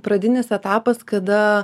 pradinis etapas kada